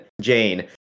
Jane